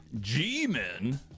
G-Men